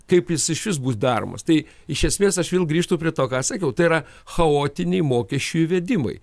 kaip jis išvis bus daromas tai iš esmės aš vėl grįžtu prie to ką sakiau tai yra chaotiniai mokesčių įvedimai